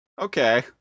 okay